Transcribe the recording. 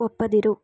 ಒಪ್ಪದಿರು